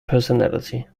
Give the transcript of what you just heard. personality